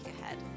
ahead